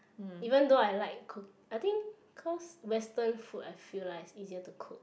even though I like cook I think cause Western food I feel like it's easier to cook